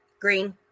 Green